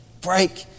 break